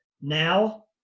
Now